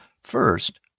First